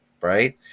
right